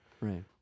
Right